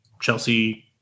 chelsea